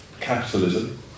capitalism